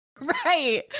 Right